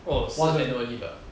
oh 是 annually 的